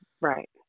Right